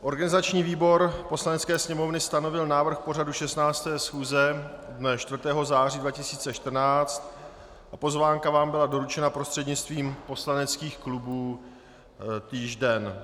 Organizační výbor Poslanecké sněmovny stanovil návrh pořadu 16. schůze dne 4. září 2014, pozvánka vám byla doručena prostřednictvím poslaneckých klubů týž den.